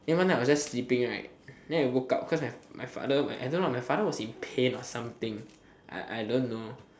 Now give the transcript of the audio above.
and one night I was just sleeping right than I woke up because my my father I don't know my father was just in pain or something I I don't know